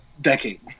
decade